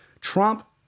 Trump